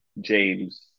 james